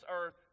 earth